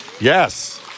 Yes